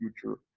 future